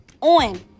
on